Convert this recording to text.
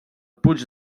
puig